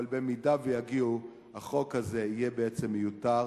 אבל אם יגיעו, החוק הזה יהיה בעצם מיותר.